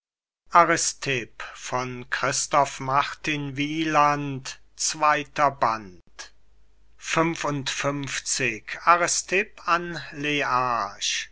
nahmen christoph martin wieland i aristipp an